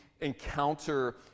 encounter